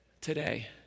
today